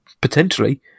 potentially